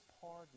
pardon